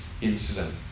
incident